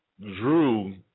drew